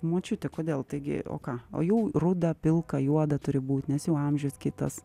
močiute kodėl taigi o ką o jau ruda pilka juoda turi būt nes jau amžius kitas